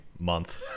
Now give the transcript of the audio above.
Month